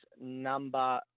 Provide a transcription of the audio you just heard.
number